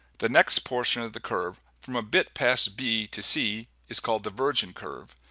the next portion of the curve from a bit past b to c is called the virgin curve.